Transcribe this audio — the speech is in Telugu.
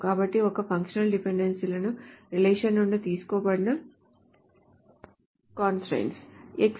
కాబట్టి ఒక ఫంక్షనల్ డిపెండెన్సీలు రిలేషన్ నుండి తీసుకోబడిన కంస్ట్రయిన్ట్స్